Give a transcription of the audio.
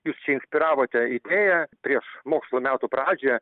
jūs čia inspiravote idėją prieš mokslo metų pradžią